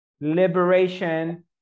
Liberation